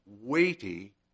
weighty